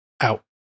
out